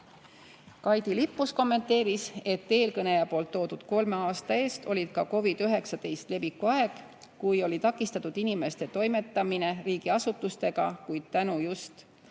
Kaidi Lippus kommenteeris, et eelkõneleja poolt toodud kolme aasta [sees] oli ka COVID‑19 leviku aeg, kui oli takistatud inimeste toimetamine riigiasutustega, kuid just